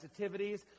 sensitivities